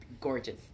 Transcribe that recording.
gorgeous